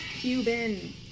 Cuban